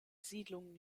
siedlung